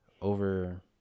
over